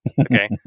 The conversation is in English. Okay